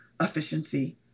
efficiency